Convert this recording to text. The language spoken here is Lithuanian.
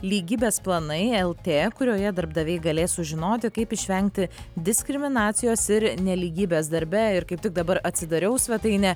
lygybės planai lt kurioje darbdaviai galės sužinoti kaip išvengti diskriminacijos ir nelygybės darbe ir kaip tik dabar atsidariau svetainę